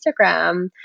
Instagram